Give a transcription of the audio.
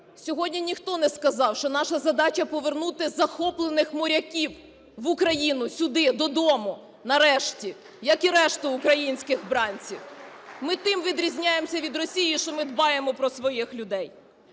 Сьогодні ніхто не сказав, що наша задача - повернути захоплених моряків в Україну, сюди, додому нарешті, як і решту українських бранців. Ми тим відрізняємося від Росії, що ми дбаємо про своїх людей.